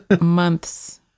months